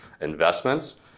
investments